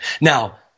Now